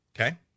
Okay